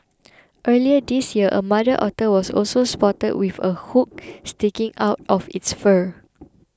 earlier this year a mother otter was also spotted with a hook sticking out of its fur